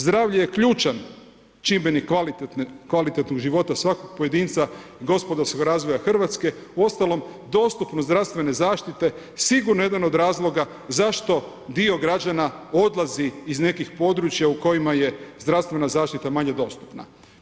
Zdravlje je ključan čimbenik kvalitetnog života svakog pojedinca i gospodarskog razvoja Hrvatske, uostalom dostupnost zdravstvene zaštite je sigurno jedan od razloga zašto dio građana odlazi iz nekih područja u kojima je zdravstvena zaštita manje dostupna.